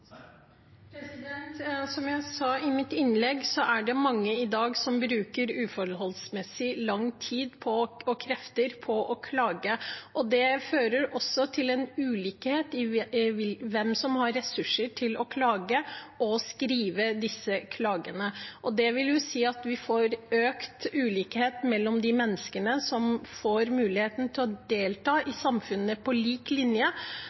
Som jeg sa i mitt innlegg, er det mange i dag som bruker uforholdsmessig lang tid og mye krefter på å klage, og det fører også til en ulikhet – hvem som har ressurser til å klage, skrive disse klagene. Det vil si at vi får økt ulikhet mellom mennesker, mulighet til å delta på lik linje